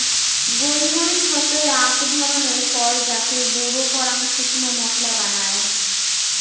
গোল মরিচ হসে আক ধরণের ফল যাকে গুঁড়ো করাং শুকনো মশলা বানায়